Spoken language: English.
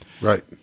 right